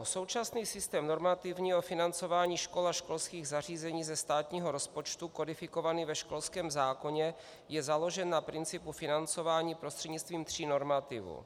Současný systém normativního financování škol a školských zařízení ze státního rozpočtu kodifikovaný ve školském zákoně je založen na principu financování prostřednictvím tří normativů.